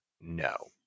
no